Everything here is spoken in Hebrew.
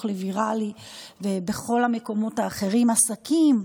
לוויראלי בכל המקומות האחרים: עסקים,